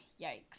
yikes